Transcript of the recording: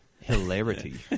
hilarity